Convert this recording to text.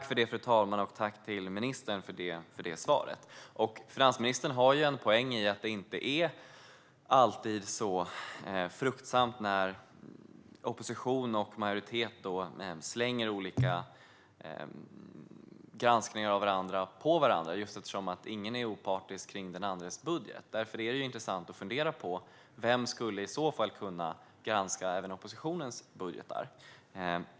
Fru talman! Jag tackar ministern för svaret. Finansministern har en poäng i att det inte alltid är särskilt fruktsamt när opposition och majoritet slänger olika granskningar av den andre på varandra, just eftersom ingen är opartisk när det gäller den andres budget. Därför är det intressant att fundera på vem som i så fall skulle kunna granska även oppositionens budgetar.